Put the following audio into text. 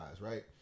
right